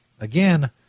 Again